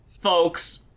Folks